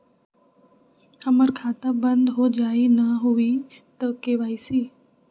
हमर खाता बंद होजाई न हुई त के.वाई.सी?